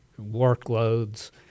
workloads